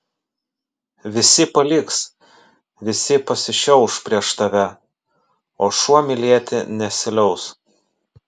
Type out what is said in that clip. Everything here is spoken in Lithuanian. visi paliks visi pasišiauš prieš tave o šuo mylėti nesiliaus